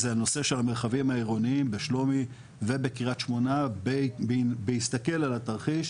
זה הנושא של המרחבים העירוניים בשלומי ובקריית שמונה בהסתכל על התרחיש.